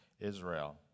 Israel